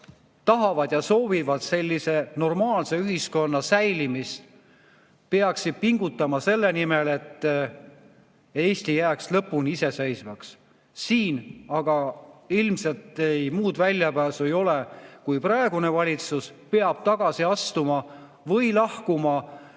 tahavad ja soovivad sellise normaalse ühiskonna säilimist, peaksid pingutama selle nimel, et Eesti jääks lõpuni iseseisvaks. Siin aga ilmselt muud väljapääsu ei ole, kui et praegune valitsus peab tagasi astuma või lahkuma